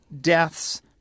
deaths